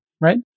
right